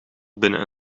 binnen